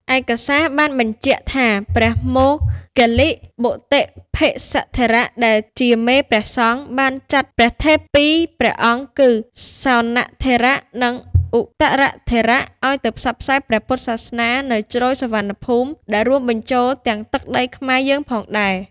ឯកសារបានបញ្ជាក់ថា ព្រះមោគ្គល្លិបុត្តភិស្សត្ថេរ ដែលជាមេព្រះសង្ឃ បានចាត់ព្រះថេរពីរព្រះអង្គគឺ សោណត្ថេរ និង ឧត្តរត្ថេរ ឱ្យទៅផ្សព្វផ្សាយព្រះពុទ្ធសាសនានៅ ជ្រោយសុវណ្ណភូមិ ដែលរួមបញ្ចូលទាំងទឹកដីខ្មែរយើងផងដែរ។